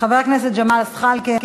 חבר הכנסת ג'מאל זחאלקה,